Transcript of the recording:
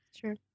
Sure